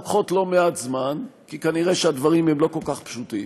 לוקחות לא מעט זמן כי כנראה הדברים לא כל כך פשוטים,